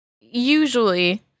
Usually